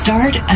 Start